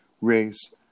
race